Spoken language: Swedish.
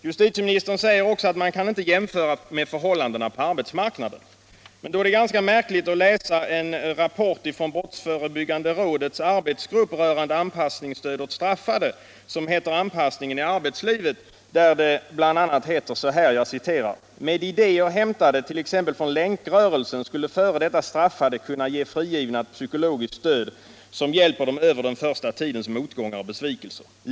Justitieministern säger också att man inte kan jämföra med förhållandena på arbetsmarknaden. Då är det ganska märkligt att läsa en rapport från brottsförebyggande rådets arbetsgrupp rörande anpassningsstöd åt straffade, som heter ”Anpassning i arbetslivet”, där det bl.a. heter: ”Med idéer hämtade t ex från länkrörelsen skulle fd straffade kunna ge frigivna ett psykologiskt stöd som hjälper dem över den första tidens motgångar och besvikelser.